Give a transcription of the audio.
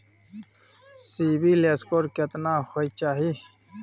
CIBIL score केतना होय चाही?